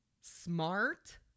smart